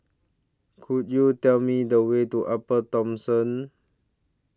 Could YOU Tell Me The Way to Upper Thomson